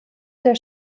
der